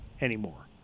anymore